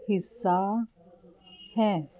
ਹਿੱਸਾ ਹੈ